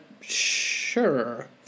sure